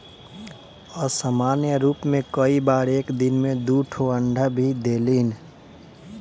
असामान्य रूप में कई बार एक दिन में दू ठो अंडा भी देलिन